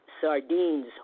sardines